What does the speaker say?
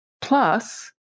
Plus